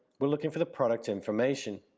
we're looking for the product information.